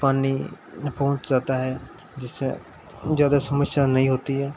पानी पहुँच जाता है जिससे ज़्यादा समस्या नहीं होती है